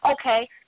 Okay